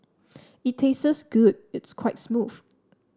it tastes good it's quite smooth